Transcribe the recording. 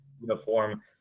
uniform